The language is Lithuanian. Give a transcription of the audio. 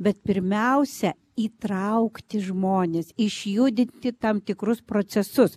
bet pirmiausia įtraukti žmones išjudinti tam tikrus procesus